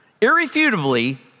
irrefutably